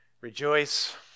Rejoice